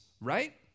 right